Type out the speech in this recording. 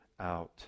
out